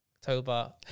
October